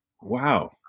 Wow